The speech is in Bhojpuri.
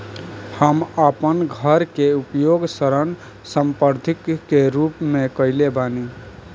हम आपन घर के उपयोग ऋण संपार्श्विक के रूप में कइले बानी